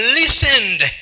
listened